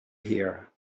here